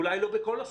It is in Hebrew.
אולי לא בכל הסכום,